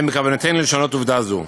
ואין בכוונתנו לשנות עובדה זו.